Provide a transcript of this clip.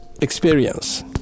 experience